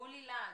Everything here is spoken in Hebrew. מולי להד,